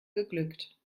geglückt